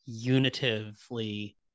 unitively